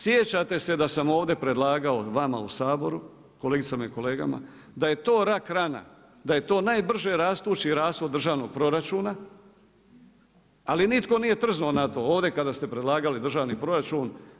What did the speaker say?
Sjećate da sam ovdje predlagao vama u Saboru kolegicama i kolegama, da je to rak rana da je to najbrže rastući rashod državnog proračuna, ali nitko nije trznuo na to ovdje kada ste predlagali državni proračun.